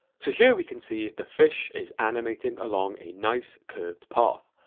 so here we can see, the fish is animating along a nice curved path,